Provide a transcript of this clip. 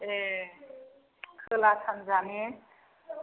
ए खोला सानजा ने